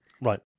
right